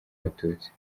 abatutsi